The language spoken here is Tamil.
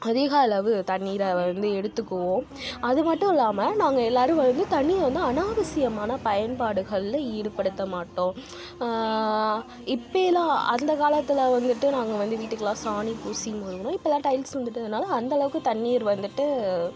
அதிக அளவு தண்ணீரை வந்து எடுத்துக்குவோம் அது மட்டும் இல்லாமல் நாங்கள் எல்லோரும் வந்து தண்ணீயை வந்து அனாவசியமான பயன்பாடுகளில் ஈடுபடுத்த மாட்டோம் இப்போலாம் அந்த காலத்தில் வந்துட்டு நாங்கள் வந்து வீட்டுக்கெலாம் சாணி பூசி மொழுகினோம் இப்போலாம் டைல்ஸ் வந்துட்டதினால அந்த அளவுக்கு தண்ணீர் வந்துட்டு